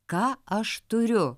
ką aš turiu